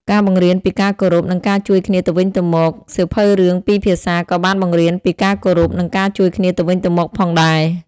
ការបង្រៀនពីការគោរព និងការជួយគ្នាទៅវិញទៅមកសៀវភៅរឿងពីរភាសាក៏បានបង្រៀនពីការគោរព និងការជួយគ្នាទៅវិញទៅមកផងដែរ។